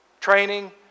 training